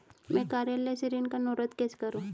मैं कार्यालय से ऋण का अनुरोध कैसे करूँ?